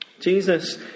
Jesus